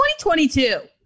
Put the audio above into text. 2022